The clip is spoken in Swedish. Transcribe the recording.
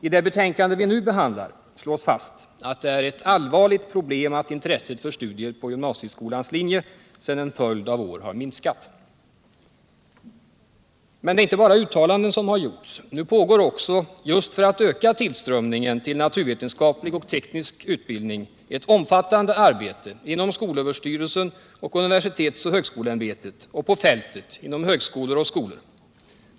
I det betänkande som vi nu behandlar slås fast att det är ett allvarligt problem att intresset för studier på gymnasieskolans naturvetenskapliga linje under en följd av år har minskat. Men det är inte bara uttalanden som har gjorts. Nu pågår också, just för att öka tillströmningen till naturvetenskaplig och teknisk utbildning, ett omfattande arbete inom skolöverstyrelsen, universitetsoch högskoleämbetet samt på fältet inom högskolor och skolor.